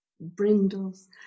brindles